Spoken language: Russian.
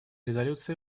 резолюции